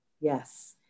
yes